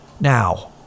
now